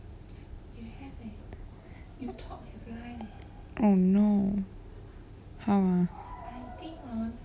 oh no how ah